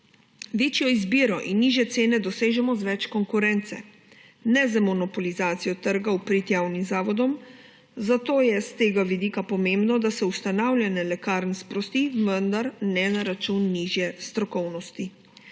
Večjo izbiro in nižje cene dosežemo z več konkurence ne z monopolizacijo trga v prid javnim zavodom, zato je s tega vidika pomembno, da se ustanavljanje lekarn sprosti, vendar ne na račun nižje strokovnosti.